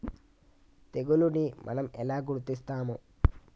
తెగులుని మనం ఎలా గుర్తిస్తాము?